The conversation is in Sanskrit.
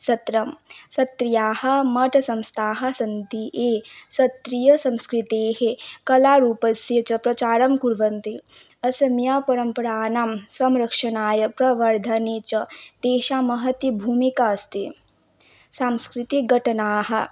सत्रं सत्रियाः मठसंस्थाः सन्ति ये सत्रियसन्स्कृतेः कलारूपस्य च प्रचारं कुर्वन्ति असमीयपरम्पराणां संरक्षणाय प्रवर्धने च तेषां महती भूमिका अस्ति सांस्कृतिकघटनाः